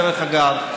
דרך אגב,